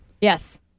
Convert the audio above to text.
Yes